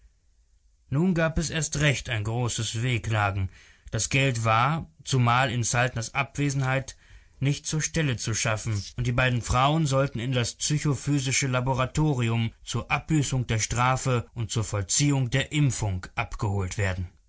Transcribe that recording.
nun gab es erst recht ein großes wehklagen das geld war zumal in saltners abwesenheit nicht zur stelle zu schaffen und die beiden frauen sollten in das psychophysische laboratorium zur abbüßung der strafe und zur vollziehung der impfung abgeholt werden